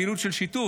פעילות של שיטור,